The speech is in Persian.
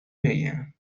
بگم